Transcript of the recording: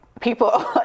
people